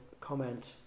comment